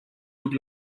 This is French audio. toute